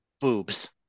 Boobs